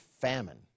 famine